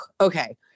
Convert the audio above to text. okay